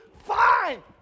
fine